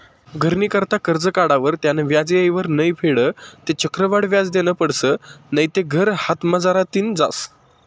घरनी करता करजं काढावर त्यानं व्याज येयवर नै फेडं ते चक्रवाढ व्याज देनं पडसं नैते घर हातमझारतीन जास